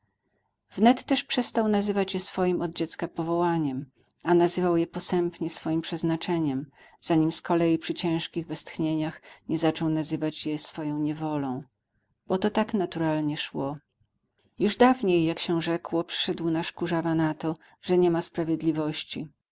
też przestał nazywać je swoim od dziecka powołaniem a nazywał je posępnie swoim przeznaczeniem zanim z kolei przy ciężkich westchnieniach nie zaczął nazywać je swoją niewolą bo to tak naturalnie szło już dawniej jak się rzekło przyszedł nasz kurzawa na to że nie ma sprawiedliwości